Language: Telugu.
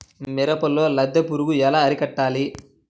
మిరపలో లద్దె పురుగు ఎలా అరికట్టాలి?